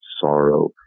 sorrow